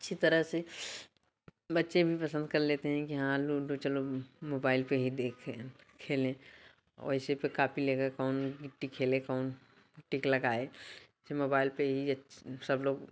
अच्छी तरह से बच्चे भी पसंद कर लेते हैं कि हाँ लुडो चलो मोबाइल पे ही देखें खेले वैसे पे कापी लेके कौन गिट्टी खेले कौन टिक लगाए जब मोबाइल पे ही सब लोग